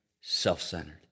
self-centered